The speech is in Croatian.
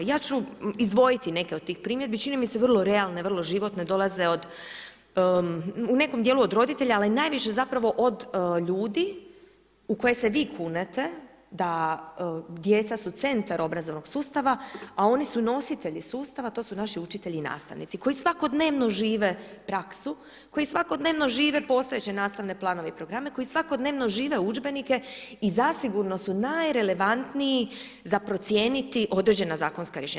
Ja ću izdvojiti neke od tih primjedbi, čine mi se vrlo realne, vrlo životne, dolaze u nekom djelu od roditelja, ali najviše zapravo od ljudi u koje se vi kunete da djeca su centar obrazovnog sustava, a oni su nositelji sustava, a to su naši učitelji i nastavnici koji svakodnevno žive praksu, koji svakodnevno žive postojeće nastavne planove i programe, koji svakodnevno žive udžbenike i zasigurno su najrelevantniji za procijeniti određena zakonska rješenja.